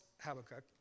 Habakkuk